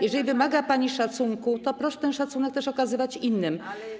Jeżeli wymaga pani szacunku, to proszę ten szacunek też okazywać innym.